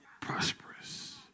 prosperous